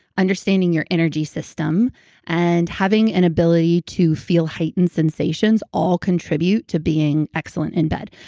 understanding your energy system and having an ability to feel heightened sensations all contribute to being excellent in bed.